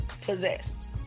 possessed